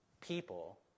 people